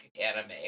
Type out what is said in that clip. anime